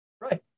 Right